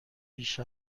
بیش